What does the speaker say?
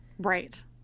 right